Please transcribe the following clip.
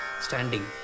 standing